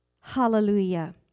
Hallelujah